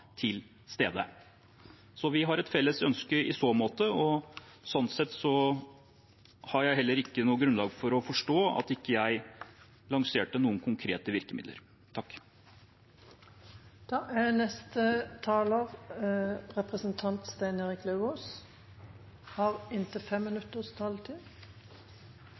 til stede. Så vi har et felles ønske i så måte, og sånn sett har jeg heller ikke noe grunnlag for å forstå at jeg ikke lanserte noen konkrete virkemidler.